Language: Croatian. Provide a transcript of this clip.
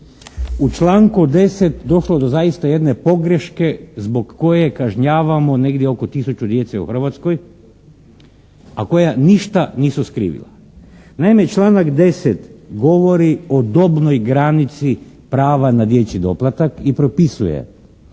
u članku 10. došlo do zaista jedne pogreške zbog koje kažnjavamo negdje oko tisuću djece u Hrvatskoj a koja ništa nisu skrivila. Naime, članak 10. govori o dobnoj granici prava na dječji doplatak i propisuje